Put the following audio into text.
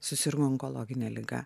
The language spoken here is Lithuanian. susirgo onkologine liga